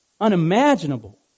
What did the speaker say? unimaginable